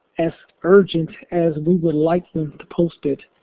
as urgent as we would like them to post it.